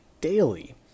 daily